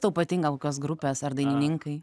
tau patinka kokios grupės ar dainininkai